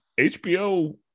HBO